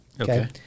Okay